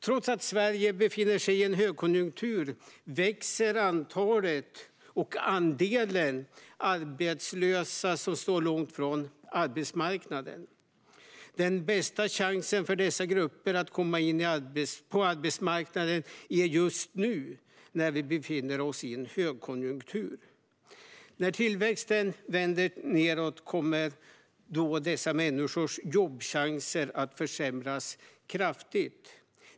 Trots att Sverige befinner sig i en högkonjunktur växer antalet och andelen arbetslösa som står långt från arbetsmarknaden. Den bästa chansen för dessa grupper att komma in på arbetsmarknaden är just nu när vi befinner oss i en högkonjunktur. När tillväxten vänder nedåt kommer dessa människors jobbchanser att försämras kraftigt.